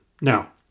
Now